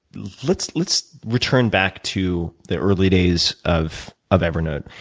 let's let's return back to the early days of of evernote.